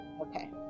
Okay